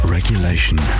Regulation